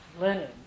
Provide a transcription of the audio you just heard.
Lenin